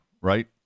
right